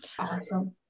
Awesome